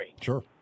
Sure